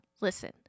listen